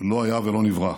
לא היה ולא נברא: